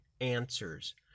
Answers